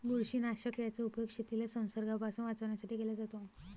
बुरशीनाशक याचा उपयोग शेतीला संसर्गापासून वाचवण्यासाठी केला जातो